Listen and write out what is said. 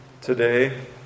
today